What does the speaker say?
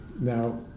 Now